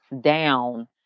down